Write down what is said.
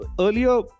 earlier